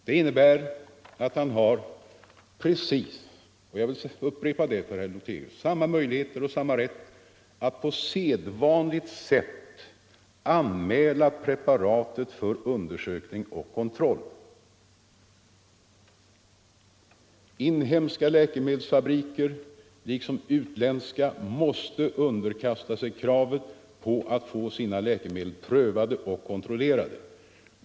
Det innebär att han har precis — jag vill upprepa det för herr Lothigius - samma möjligheter och samma rätt att på sedvanligt sätt anmäla preparatet för undersökning och kontroll. Inhemska läkemedelsfabriker måste liksom utländska underkasta sig i kravet på att få sina läkemedel prövade och kontrollerade.